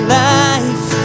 life